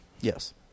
Yes